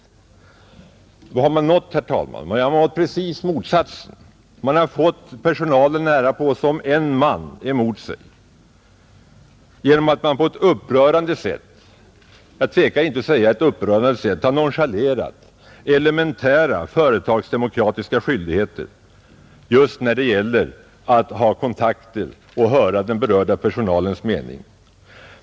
Vad har man nått, herr talman? Man har nått precis motsatsen. Man har fått personalen, nära nog som en man, emot sig genom att man på ett upprörande sätt — jag tvekar inte att säga det — har nonchalerat elementära företagsdemokratiska skyldigheter just när det gäller att ha kontakter och höra den berörda personalens mening.